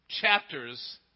chapters